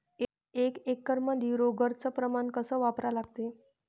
एक एकरमंदी रोगर च प्रमान कस वापरा लागते?